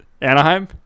anaheim